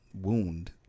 wound